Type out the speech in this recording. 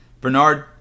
Bernard